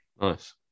nice